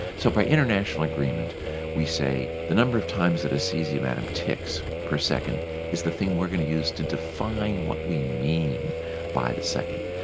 so by international agreement we say the number of times that a cesium atom ticks per second is the thing we're going to use to define what we mean by the second.